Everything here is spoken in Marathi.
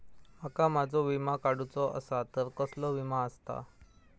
माका माझो विमा काडुचो असा तर कसलो विमा आस्ता?